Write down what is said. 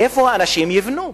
איפה אנשים יבנו?